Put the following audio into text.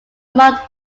malt